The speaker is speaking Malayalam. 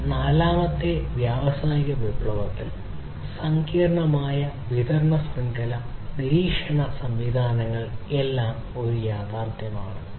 ഈ നാലാമത്തെ വ്യാവസായിക വിപ്ലവത്തിൽ സങ്കീർണ്ണമായ വിതരണ ശൃംഖല നിരീക്ഷണ സംവിധാനങ്ങൾ എല്ലാം ഒരു യാഥാർത്ഥ്യമാണ്